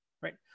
Right